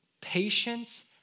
patience